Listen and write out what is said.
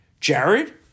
Jared